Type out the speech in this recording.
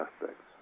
aspects